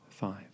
five